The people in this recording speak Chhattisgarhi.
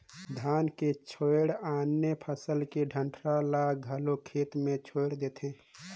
धान के छोयड़ आने फसल के डंठरा ल घलो खेत मे छोयड़ देथे